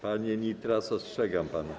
Panie Nitras, ostrzegam pana.